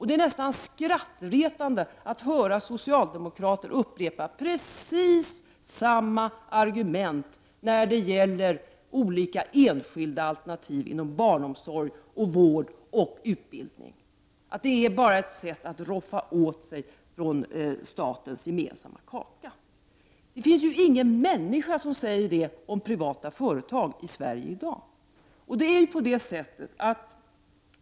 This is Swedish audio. Det är nästan skrattretande att höra socialdemokrater upprepa precis samma argument när det gäller olika enskilda alternativ inom barnomsorg, vård och utbildning, att det bara är ett sätt att roffa åt sig av statens gemensamma kaka. Det finns ingen människa som säger det om privata företag i Sverige i dag.